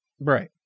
Right